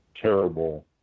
terrible